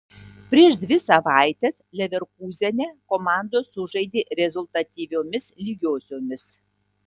prieš dvi savaites leverkūzene komandos sužaidė rezultatyviomis lygiosiomis